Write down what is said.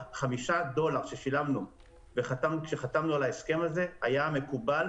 החמישה דולרים ששילמנו כשחתמנו על ההסכם הזה היה מקובל,